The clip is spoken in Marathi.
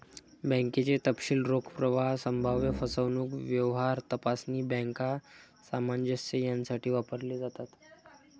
बँकेचे तपशील रोख प्रवाह, संभाव्य फसवणूक, व्यवहार तपासणी, बँक सामंजस्य यासाठी वापरले जातात